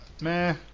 Meh